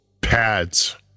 pads